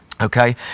Okay